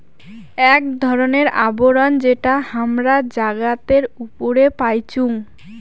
আক ধরণের আবরণ যেটা হামরা জাগাতের উপরে পাইচুং